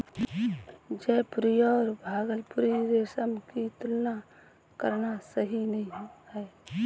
जयपुरी और भागलपुरी रेशम की तुलना करना सही नही है